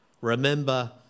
Remember